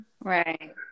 Right